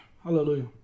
Hallelujah